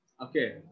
Okay